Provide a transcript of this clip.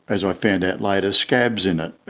as i found out later, scabs in it.